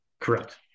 Correct